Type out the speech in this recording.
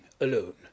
alone